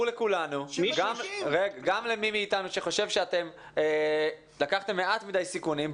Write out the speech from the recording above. גם למי מאיתנו שחושב שאתם לקחתם מעט מדי סיכונים,